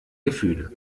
gefühle